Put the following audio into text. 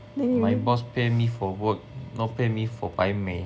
my boss pay me for work not pay me for 摆美